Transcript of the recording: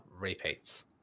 repeats